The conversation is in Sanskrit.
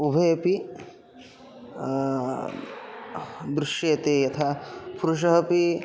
उभेपि दृश्येते यथा पुरुषः अपि